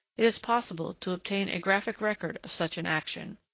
it is possible to obtain a graphic record of such an action,